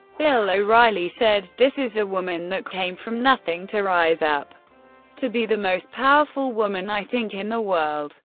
bill o'reilly said this is a woman that came from nothing to rise up to be the most powerful woman, i think, in the world.